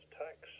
tax